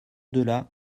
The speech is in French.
delà